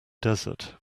desert